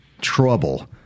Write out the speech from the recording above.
trouble